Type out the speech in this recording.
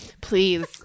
Please